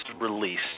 released